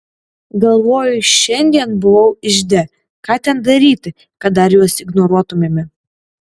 galvoju šiandien buvau ižde ką ten daryti kad dar juos ignoruotumėme